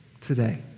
today